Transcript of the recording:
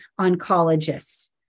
oncologists